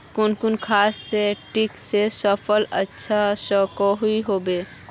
कुन कुन दवा से किट से फसल बचवा सकोहो होबे?